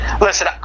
Listen